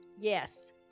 yes